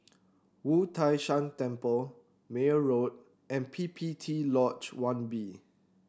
Wu Tai Shan Temple Meyer Road and P P T Lodge One B